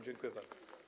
Dziękuję bardzo.